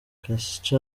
casa